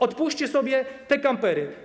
Odpuśćcie sobie te kampery.